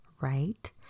right